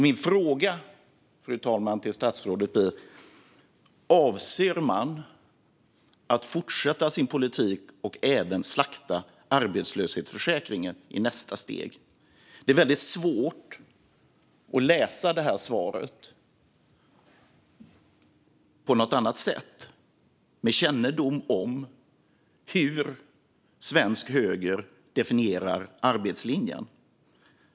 Min fråga till statsrådet, fru talman, är därför: Avser man att fortsätta sin politik och även slakta arbetslöshetsförsäkringen i nästa steg? Det är svårt att tolka svaret på något annat sätt, med kännedom om hur svensk höger definierar arbetslinjen.